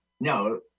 no